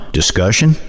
discussion